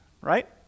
right